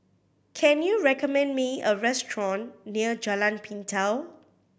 can you recommend me a restaurant near Jalan Pintau